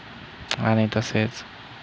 आणि तसेच